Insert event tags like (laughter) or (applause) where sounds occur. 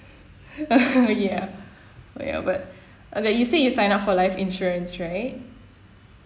(laughs) ya ya but that you said signed up for life insurance right